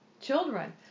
children